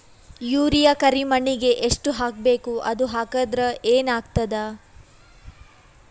Urea ಕರಿಮಣ್ಣಿಗೆ ಎಷ್ಟ್ ಹಾಕ್ಬೇಕ್, ಅದು ಹಾಕದ್ರ ಏನ್ ಆಗ್ತಾದ?